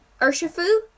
Urshifu